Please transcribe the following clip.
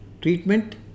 treatment